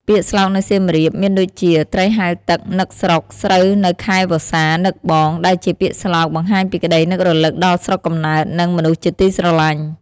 ពាក្យស្លោកនៅសៀមរាបមានដូចជា "ត្រីហែលទឹក នឹកស្រុក ស្រូវនៅខែវស្សា នឹកបង" ដែលជាពាក្យស្លោកបង្ហាញពីក្តីនឹករលឹកដល់ស្រុកកំណើត និងមនុស្សជាទីស្រលាញ់។